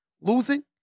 losing